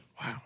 Wow